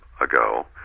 ago